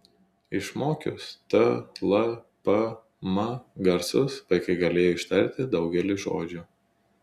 išmokius t l p m garsus vaikai galėjo ištarti daugelį žodžių